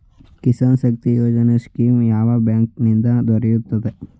Kisan Shakti Yojana scheme ಯಾವ bank ನಿಂದ ದೊರೆಯುತ್ತದೆ?